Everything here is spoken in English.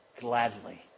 Gladly